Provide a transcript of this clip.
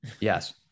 Yes